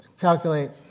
calculate